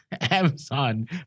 Amazon